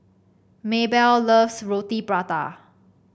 Maybell loves Roti Prata